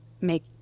make